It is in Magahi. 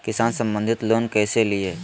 किसान संबंधित लोन कैसै लिये?